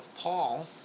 Paul